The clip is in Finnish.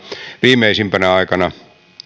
viimeisimpänä aikana